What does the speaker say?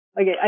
Okay